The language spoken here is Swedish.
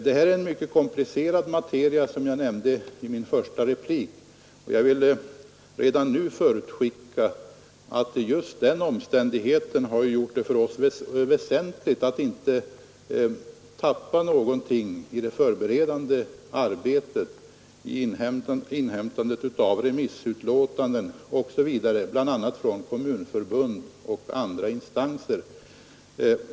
Det här är en mycket komplicerad materia, som jag nämnde i min första replik. Jag vill redan nu förutskicka att just den omständigheten har gjort det för oss väsentligt att inte tappa bort någonting i det förberedande arbetet vid inhämtandet av remissutlåtanden osv., bl.a. från kommunförbund och andra instanser.